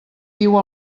diu